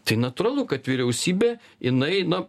tai natūralu kad vyriausybė jinai na